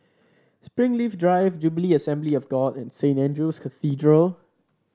Springleaf Drive Jubilee Assembly of God and Saint Andrew's Cathedral